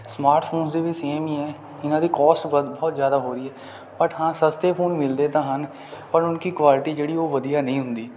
smartphones ਦੇ ਵੀ same ਹੀ ਹੈ ਇਹਨਾਂ ਦੀ ਕੋਸਟ ਵਧ ਬਹੁਤ ਜ਼ਿਆਦਾ ਹੋ ਰਹੀ ਹੈ ਪਰ ਹਾਂ ਸਸਤੇ ਫੋਨ ਮਿਲਦੇ ਤਾਂ ਹਨ ਪਰ ਉਨਕੀ ਕੁਆਲਿਟੀ ਜਿਹੜੀ ਉਹ ਵਧੀਆ ਨਹੀਂ ਹੁੰਦੀ